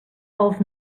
els